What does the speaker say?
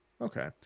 Okay